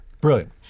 brilliant